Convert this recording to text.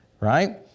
Right